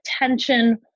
attention